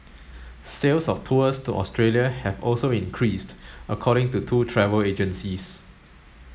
sales of tours to Australia have also increased according to two travel agencies